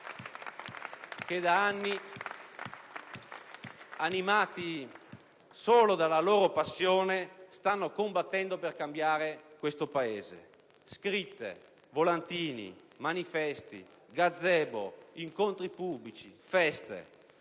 che da anni, animati solo dalla loro passione, stanno combattendo per cambiare questo Paese. Scritte, volantini, manifesti, gazebo, incontri pubblici e feste